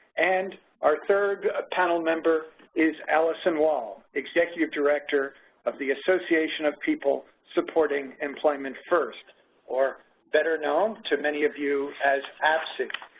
and our third panel member is allison wohl, executive director of the association of people supporting employment first or better known to many of you as apse.